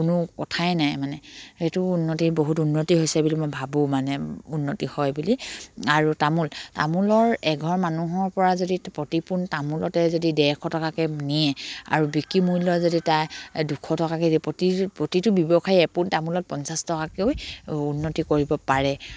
কোনো কথাই নাই মানে সেইটো উন্নতিৰ বহুত উন্নতি হৈছে বুলি মই ভাবোঁ মানে উন্নতি হয় বুলি আৰু তামোল তামোলৰ এঘৰ মানুহৰ পৰা যদি প্ৰতি পোন তামোলতে যদি ডেৰশ টকাকৈ নিয়ে আৰু বিক্ৰী মূল্য যদি তাই দুশ টকাকৈ দিয়ে প্ৰতি প্ৰতিটো ব্যৱসায়ীয়ে এপোন তামোলত পঞ্চাছ টকাকৈ উন্নতি কৰিব পাৰে